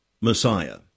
Messiah